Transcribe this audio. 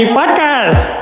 Podcast